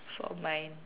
for mine